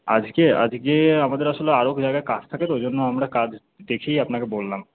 আজকে আজকে আমদের আসলে আরও জায়গায় কাজ থাকে তো ওই জন্য আমরা কাজ দেখেই আপনাকে বললাম